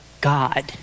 God